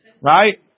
right